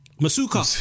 Masuka